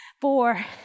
four